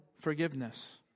forgiveness